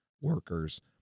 workers